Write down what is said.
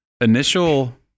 initial